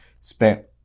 spent